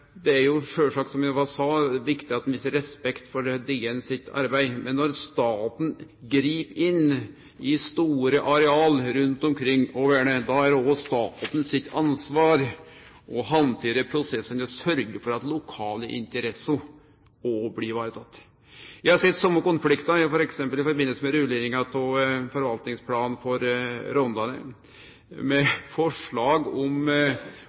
Det er sjølvsagt, som eg sa, viktig at ein viser respekt for arbeidet til DN. Men når staten grip inn i store areal rundt omkring og vernar, er det også staten sitt ansvar å handtere prosessane og sørgje for at lokale interesser også blir tekne vare på. Eg har sett same konflikten f.eks. i samband med rulleringa av forvaltningsplanen for Rondane, med forslag om